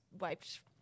wiped